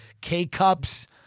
K-Cups